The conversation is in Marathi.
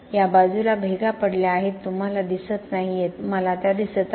या बाजूला भेगा पडल्या होत्या तुम्हाला दिसत नाहीयेत मला ते दिसत आहे